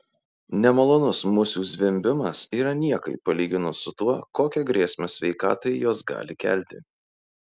nemalonus musių zvimbimas yra niekai palyginus su tuo kokią grėsmę sveikatai jos gali kelti